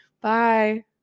Bye